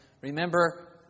Remember